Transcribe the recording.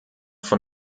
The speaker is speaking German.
von